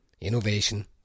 Innovation